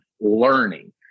learning